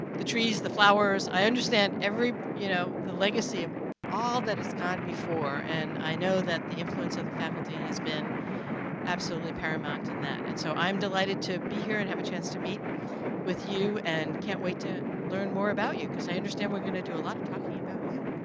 the trees, the flowers, i understand every you know, the legacy of all that has gone before and i know that the influence of the faculty has been absolutely paramount in that. and so, i am delighted to be here and have a chance to meet with you and can't wait to learn more about you because i understand we're going to do a lot of talking about you.